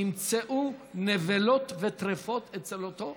נמצאו נבלות וטרפות אצל אותו אחד.